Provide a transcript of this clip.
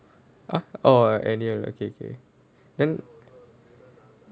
!huh! oh anyway okay okay then